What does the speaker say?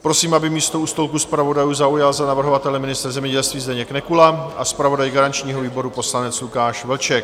Prosím, aby místo u stolku zpravodajů zaujal za navrhovatele ministr zemědělství Zdeněk Nekula a zpravodaj garančního výboru poslanec Lukáš Vlček.